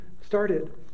started